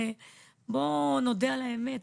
בואו נודה על האמת,